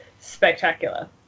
spectacular